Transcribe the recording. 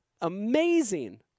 amazing